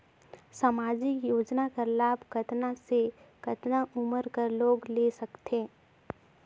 समाजिक योजना कर लाभ कतना से कतना उमर कर लोग ले सकथे?